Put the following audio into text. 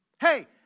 Hey